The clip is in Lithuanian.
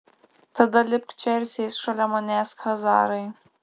tada lipk čia ir sėsk šalia manęs chazarai